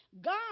God